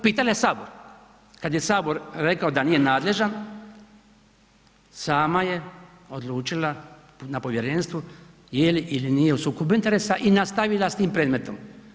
Pitala je Sabor, kad je Sabor rekao da nije nadležan sama je odlučila na povjerenstvu je li ili nije u sukobu interesa i nastavila sa tim predmetom.